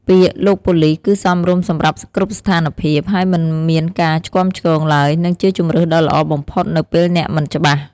ពាក្យ "លោកប៉ូលិស" គឺសមរម្យសម្រាប់គ្រប់ស្ថានភាព ហើយមិនមានការឆ្គាំឆ្គងឡើយ និងជាជម្រើសដ៏ល្អបំផុតនៅពេលអ្នកមិនច្បាស់។